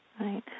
right